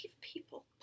people